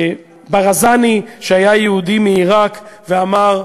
וברזני, שהיה יהודי מעיראק, ואמר,